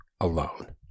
alone